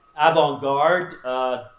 avant-garde